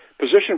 position